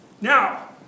now